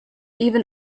even